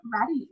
ready